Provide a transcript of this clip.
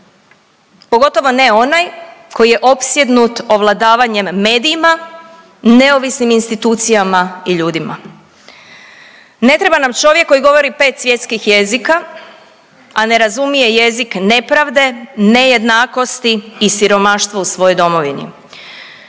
pogotovo ne onaj koji je opsjednut ovladavanjima medijima, neovisnim institucijama i ljudima. Ne treba nam čovjek koji govori pet svjetskih jezika, a ne razumije jezik nepravde, nejednakosti i siromaštva u svojoj domovini,